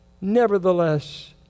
nevertheless